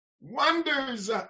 wonders